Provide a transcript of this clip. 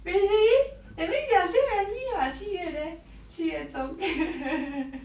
really that means you are the same as me [what] 七月 there 七月中